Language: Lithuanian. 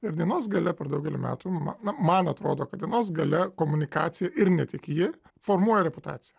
ir dienos gale per daugelį metų na na man atrodo kad dienos gale komunikacija ir ne tik ji formuoja reputaciją